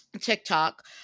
tiktok